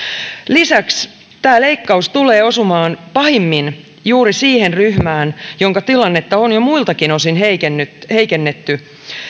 lisäksi tämä leikkaus tulee osumaan pahimmin juuri siihen ryhmään jonka tilannetta on jo muiltakin osin heikennetty heikennetty